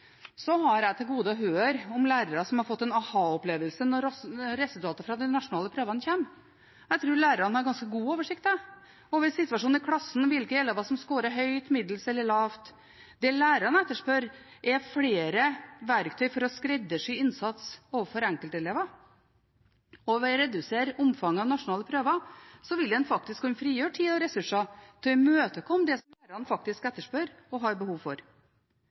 har jeg til gode å høre om lærere som har fått en aha-opplevelse når resultatet fra de nasjonale prøvene kommer. Jeg tror lærerne har ganske god oversikt over situasjonen i klassen, hvilke elever som skårer høyt, middels eller lavt. Det lærerne etterspør, er flere verktøy for å skreddersy innsats overfor enkeltelever. Ved å redusere omfanget av nasjonale prøver vil en faktisk kunne frigjøre tid og ressurser til å imøtekomme det lærerne faktisk etterspør og har behov for.